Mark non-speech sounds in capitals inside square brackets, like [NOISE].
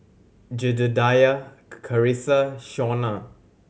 Jedediah [UNINTELLIGIBLE] Charissa Shaunna